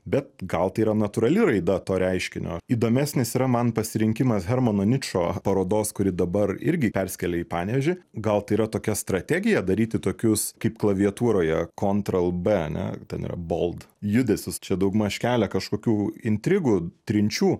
bet gal tai yra natūrali raida to reiškinio įdomesnis yra man pasirinkimas hermano ničo parodos kuri dabar irgi persikėlė į panevėžį gal tai yra tokia strategija daryti tokius kaip klaviatūroje kontrlb ten yra bold judesius čia daugmaž kelia kažkokių intrigų trinčių